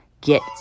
get